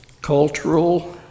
cultural